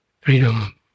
freedom